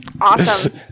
Awesome